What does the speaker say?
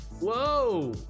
Whoa